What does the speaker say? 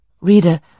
Reader